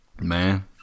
Man